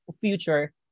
future